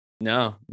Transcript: no